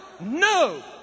No